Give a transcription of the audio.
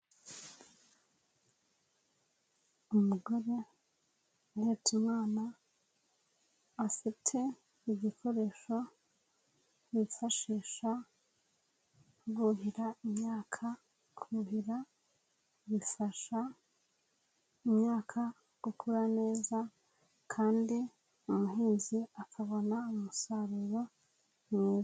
Umugore uhetse umwana afite igikoresho bifashisha buhira imyaka, kuhira bifasha imyaka gukura neza kandi umuhinzi akabona umusaruro mwiza.